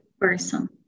person